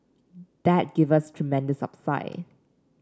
that give us tremendous upside